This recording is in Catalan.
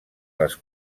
les